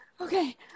Okay